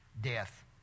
death